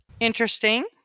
Interesting